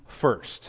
first